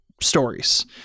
stories